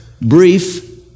Brief